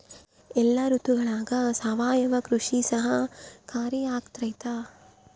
ಎಲ್ಲ ಋತುಗಳಗ ಸಾವಯವ ಕೃಷಿ ಸಹಕಾರಿಯಾಗಿರ್ತೈತಾ?